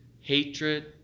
hatred